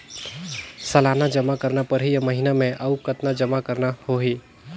सालाना जमा करना परही या महीना मे और कतना जमा करना होहि?